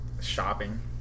shopping